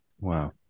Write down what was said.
Wow